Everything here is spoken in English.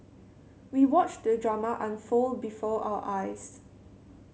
we watched the drama unfold before our eyes